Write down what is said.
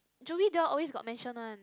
Joey they all always got mention one